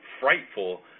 frightful